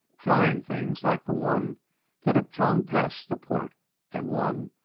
flying things like the one that had flown past the port and one,